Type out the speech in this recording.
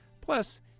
Plus